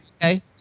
okay